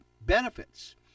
benefits